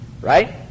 Right